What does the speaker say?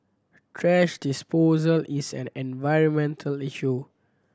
thrash disposal is an environmental issue